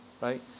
right